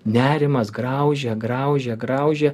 nerimas graužia graužia graužia